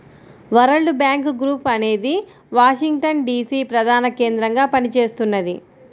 world Bank Group అనేది Washington DC ప్రధానకేంద్రంగా పనిచేస్తున్నది